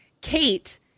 Kate